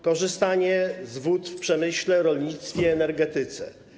Korzystanie z wód w przemyśle, rolnictwie i energetyce.